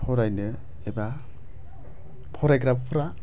फरायनो एबा फरायग्राफोरा